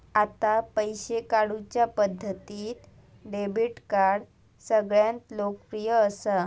आता पैशे काढुच्या पद्धतींत डेबीट कार्ड सगळ्यांत लोकप्रिय असा